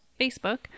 Facebook